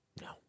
no